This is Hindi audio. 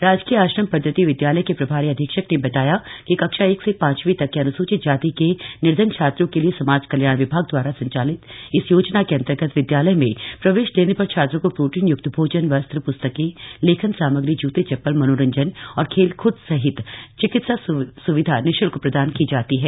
राजकीय आश्रम पद्वति विद्यालय के प्रभारी अधीक्षक ने बताया कि कक्षा एक से पांचवीं तक के अन्सूचित जाति के निर्धन छात्रों के लिए समाज कल्याण विभाग द्वारा संचालित इस योजना के अंतर्गत विद्यालय में प्रवेश लेने पर छात्रो को प्रोटीन य्क्त भोजनए वस्त्रए प्स्तकेंए लेखन सामग्रीए जूते चप्पलए मनोरंजन और खेलकूद सहित चिकित्सा सुविधा निश्ल्क प्रदान की जाती है